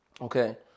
Okay